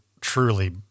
truly